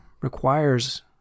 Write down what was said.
requires